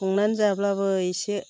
संनानै जाब्लाबो इसे